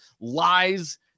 lies